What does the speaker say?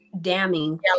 damning